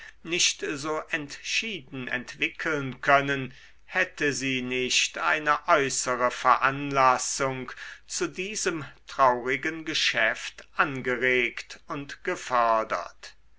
nicht so entschieden entwickeln können hätte sie nicht eine äußere veranlassung zu diesem traurigen geschäft angeregt und